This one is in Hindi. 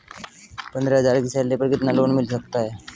पंद्रह हज़ार की सैलरी पर कितना लोन मिल सकता है?